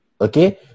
okay